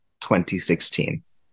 2016